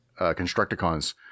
Constructicons